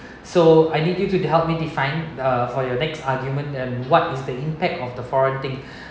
so I need you to help me define uh for your next argument and what is the impact of the foreign thing